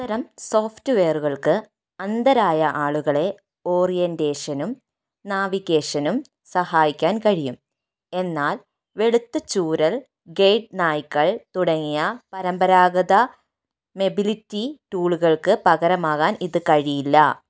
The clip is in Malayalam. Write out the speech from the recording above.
അത്തരം സോഫ്റ്റ്വെയറുകൾക്ക് അന്ധരായ ആളുകളെ ഓറിയന്റേഷനും നാവിഗേഷനും സഹായിക്കാൻ കഴിയും എന്നാൽ വെളുത്ത ചൂരൽ ഗൈഡ് നായ്ക്കൾ തുടങ്ങിയ പരമ്പരാഗത മൊബിലിറ്റി ടൂളുകൾക്ക് പകരമാകാൻ ഇത് കഴിയില്ല